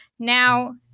Now